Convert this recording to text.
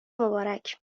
مبارک